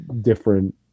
Different